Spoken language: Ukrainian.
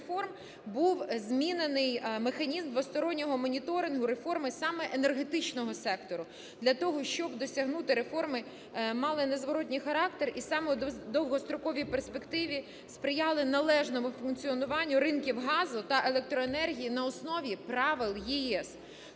був змінений механізм двостороннього моніторингу реформи саме енергетичного сектору, для того щоб досягнуті реформи мали незворотній характер і саме в довгостроковій перспективі сприяли належному функціонуванню ринків газу та електроенергії на основі правил ЄС.